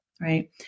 right